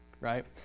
right